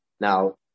Now